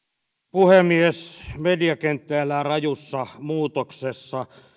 puhemies mediakenttä elää rajussa muutoksessa